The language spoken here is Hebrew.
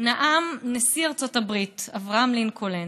נאם נשיא ארצות הברית אברהם לינקולן,